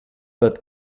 but